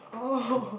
oh